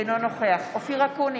אינו נוכח אופיר אקוניס,